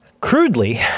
crudely